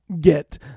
get